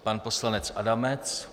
Pan poslanec Adamec.